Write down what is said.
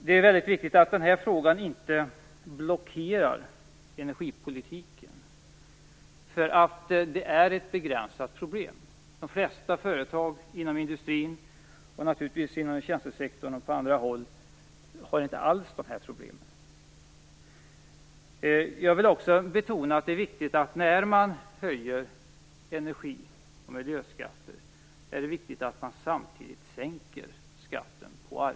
Det är mycket viktigt att den här frågan inte blockerar energipolitiken, eftersom det är ett begränsat problem. De flesta företag inom industrin, och naturligtvis inom tjänstesektorn och på andra håll, har inte alls dessa problem. Jag vill också betona att det är viktigt att man sänker skatten på arbete samtidigt som man höjer energioch miljöskatter.